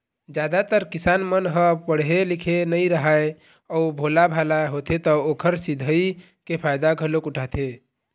जादातर किसान मन ह पड़हे लिखे नइ राहय अउ भोलाभाला होथे त ओखर सिधई के फायदा घलोक उठाथें